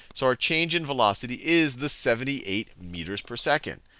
so our change in velocity is the seventy eight meters per second.